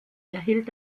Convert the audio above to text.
erhielt